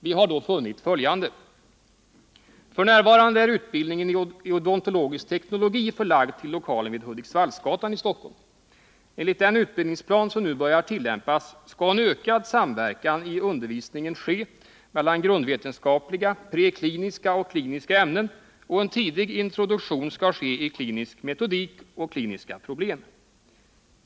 Vi har då funnit följande: F.n. är utbildningen i odontologisk teknologi förlagd till lokalen vid Hudiksvallsgatan i Stockholm. Enligt den utbildningsplan som nu börjar tillämpas skall en ökad samverkan i undervisningen ske mellan grundvetenskapliga, prekliniska och kliniska ämnen, och en tidig introduktion skall ske i klinisk metodik och kliniska problem.